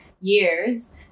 years